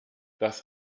dass